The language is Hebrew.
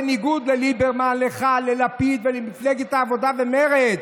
בניגוד לליברמן, לך, ללפיד ולמפלגות העבודה ומרצ,